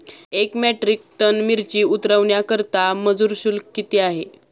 एक metric tonne मिरची उतरवण्याकरता मजुर शुल्क किती आहे?